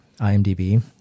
IMDb